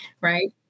Right